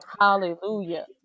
Hallelujah